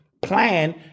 plan